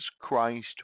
Christ